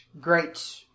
great